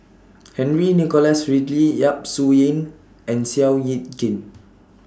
Henry Nicholas Ridley Yap Su Yin and Seow Yit Kin